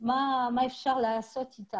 מה אפשר לעשות.